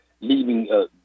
leaving